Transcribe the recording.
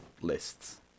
lists